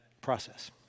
process